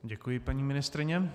Děkuji, paní ministryně.